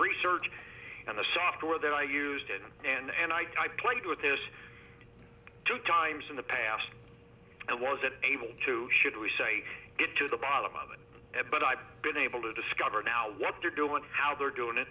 research and the software that i used in and i played with this two times in the past and wasn't able to should we say get to the bottom of it but i've been able to discover now what they're doing how they're doing it